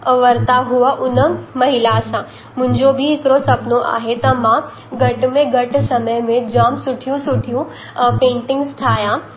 अ वरिता हुआ उन महिला सां मुंहिंजो बि हिकिड़ो सुपिणो आहे त मां घटि में घटि समय में जाम सुठियूं सुठियूं पेंटिंग्स ठाहियां